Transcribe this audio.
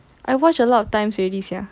I watch a lot of times already sia